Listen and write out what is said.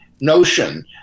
notion